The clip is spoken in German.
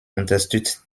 unterstützt